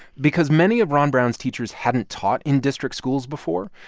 because many of ron brown's teachers hadn't taught in district schools before,